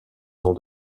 dans